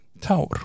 tower